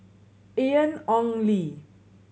Ian Ong Li